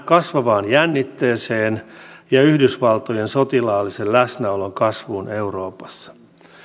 kasvavaan jännitteeseen ja yhdysvaltojen sotilaallisen läsnäolon kasvuun euroopassa